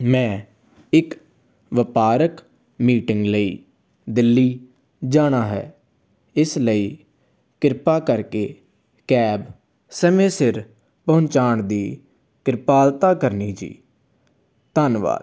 ਮੈਂ ਇੱਕ ਵਪਾਰਕ ਮੀਟਿੰਗ ਲਈ ਦਿੱਲੀ ਜਾਣਾ ਹੈ ਇਸ ਲਈ ਕਿਰਪਾ ਕਰਕੇ ਕੈਬ ਸਮੇਂ ਸਿਰ ਪਹੁੰਚਾਉਣ ਦੀ ਕਿਰਪਾਲਤਾ ਕਰਨੀ ਜੀ ਧੰਨਵਾਦ